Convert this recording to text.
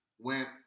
Went